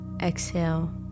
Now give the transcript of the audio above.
Exhale